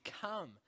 come